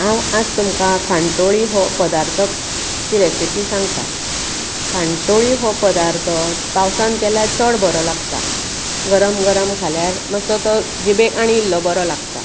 हांव आज तुमका खानटोळी हो पदार्थची रॅसिपी सांगतां खानटोळी हो पदार्थ पांवसांत केल्यार चड बरो लागता गरम गरम खाल्यार मात्सो तो जीबेक आनी इल्लो बरो लागता